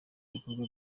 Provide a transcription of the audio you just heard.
bikorwa